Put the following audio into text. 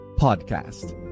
Podcast